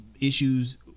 issues